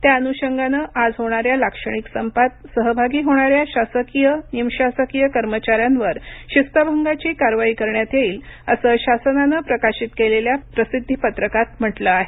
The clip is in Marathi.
त्या अनुषंगाने आज होणाऱ्या लाक्षणिक संपात सहभागी होणाऱ्या शासकीय निमशासकीय कर्मचाऱ्यांवर शिस्तभंगाची कारवाई करण्यात येईल असं शासनानं प्रकाशित केलेल्या प्रसिद्धी पत्रकात म्हटलं आहे